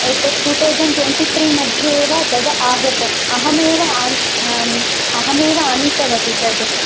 एतत् two thousand twenty त्रीमध्ये एव तद् आगतम् अहमेव आन् अहमेव आनीतवती तद्